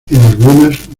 algunas